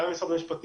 גם עם משרד המשפטים,